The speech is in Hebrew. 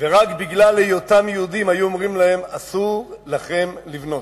ורק בגלל היותם יהודים היו אומרים להם: אסור לכם לבנות.